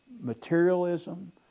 materialism